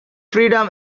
freedom